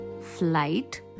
flight